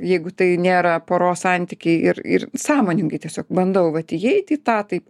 jeigu tai nėra poros santykiai ir ir sąmoningai tiesiog bandau vat įeiti į tą taip